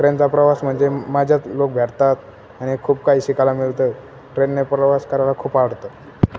ट्रेनचा प्रवास म्हणजे मजेत लोक भेटतात आणि खूप काही शिकायला मिळतं ट्रेनने प्रवास करायला खूप आवडतं